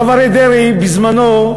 הרב אריה דרעי, בזמנו,